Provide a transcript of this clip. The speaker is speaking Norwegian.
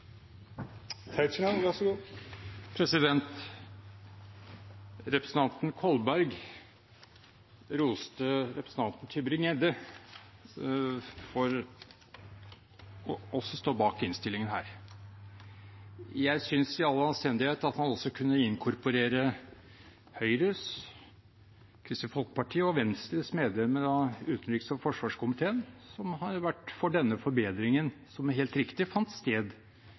Representanten Kolberg roste representanten Tybring-Gjedde for også å stå bak denne innstillingen. Jeg synes at man i all anstendighet også kunne inkorporere Høyres, Kristelig Folkepartis og Venstres medlemmer av utenriks- og forsvarskomiteen, som har vært for denne forbedringen, som helt riktig fant sted